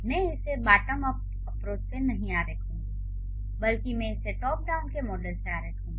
मैं इसे bottom up approach से नहीं आरेखूँगा बल्कि मैं इसे टॉप डाउन के मॉडल से आरेखूँगा